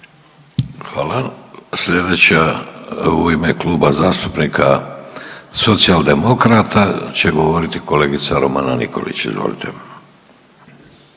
Hvala. Sljedeća u ime Kluba zastupnika Socijaldemokrata će govoriti kolegica Romana Nikolić. Izvolite.